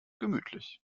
gemütlich